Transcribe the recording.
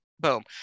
boom